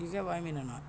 you get what I mean or not